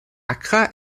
accra